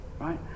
right